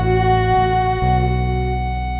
rest